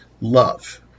love